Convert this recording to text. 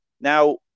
Now